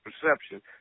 perception